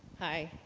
hi.